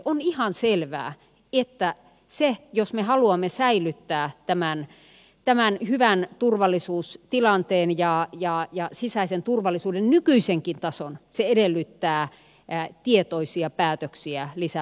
on ihan selvää että se jos me haluamme säilyttää tämän hyvän turvallisuustilanteen ja sisäisen turvallisuuden nykyisenkin tason edellyttää tietoisia päätöksiä lisämäärärahoista